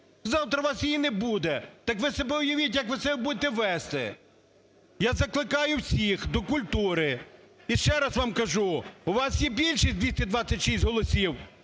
завтра у вас її не буде. Так ви собі уявіть, як ви себе будете вести! Я закликаю всіх до культури. І ще раз вам кажу: у вас є більшість 226 голосів